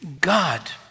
God